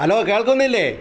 hello കേള്ക്കുന്നില്ലേ